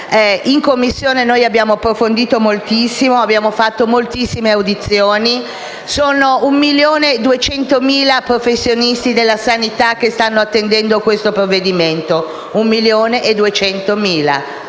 In Commissione abbiamo approfondito moltissimo e abbiamo fatto moltissime audizioni. Sono 1.200.000 i professionisti della sanità che stanno attendendo questo provvedimento.